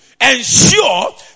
ensure